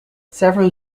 several